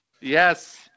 Yes